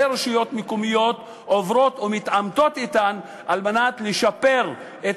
רשויות מקומיות עוברות או מתעמתות אתן על מנת לשפר את